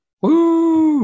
Woo